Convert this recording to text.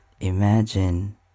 imagine